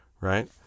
right